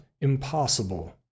impossible